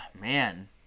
man